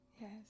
Yes